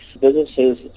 businesses